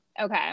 Okay